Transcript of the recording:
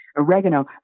oregano